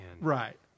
right